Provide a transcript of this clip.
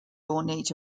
ornate